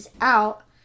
out